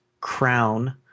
crown